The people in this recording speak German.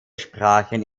sprachen